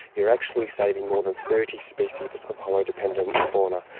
you're actually saving more than thirty species of hollow-dependent fauna.